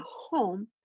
home